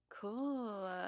Cool